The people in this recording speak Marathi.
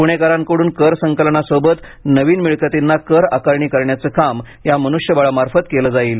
पुणेकरांकडून कर संकलनासोबत नवीन मिळकतींना कर आकारणी करण्याचे काम या मन्ष्यबळा मार्फत केले जाईल